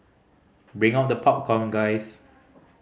bring out the popcorn guys